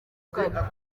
kane